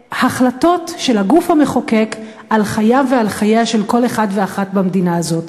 להחלטות של הגוף המחוקק על חייו ועל חייה של כל אחת ואחד במדינה הזאת.